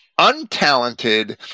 untalented